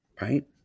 right